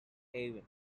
haven